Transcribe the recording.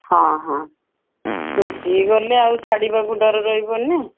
ହଁ ହଁ ମିଶିକି ଗଲେ ଆଉ ଛାଡ଼ିବାକୁ ଡ଼ର ରହିବନି ନା